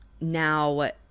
Now